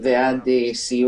עד כאן.